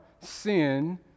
sin